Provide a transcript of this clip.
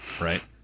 right